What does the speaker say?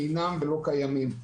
אינם ולא קיימים.